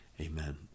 Amen